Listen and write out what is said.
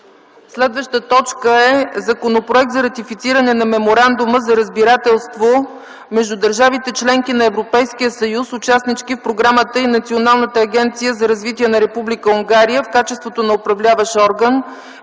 обсъди Законопроект за ратифициране на Меморандума за разбирателство между държавите – членки на Европейския съюз, участнички в програмата, и Национална агенция за развитие на Република Унгария в качеството на Управляващ орган,